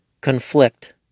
conflict